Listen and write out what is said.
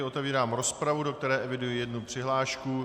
Otevírám rozpravu, do které eviduji jednu přihlášku.